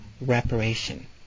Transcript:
reparation